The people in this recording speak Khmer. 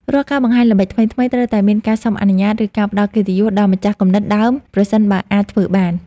រាល់ការបង្ហាញល្បិចថ្មីៗត្រូវតែមានការសុំអនុញ្ញាត ឬ ការផ្តល់កិត្តិយសដល់ម្ចាស់គំនិតដើមប្រសិនបើអាចធ្វើបាន។